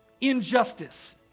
injustice